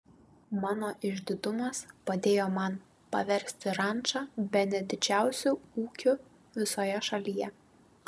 mano išdidumas padėjo man paversti rančą bene didžiausiu ūkiu visoje šalyje